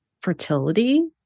fertility